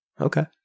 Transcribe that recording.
Okay